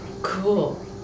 Cool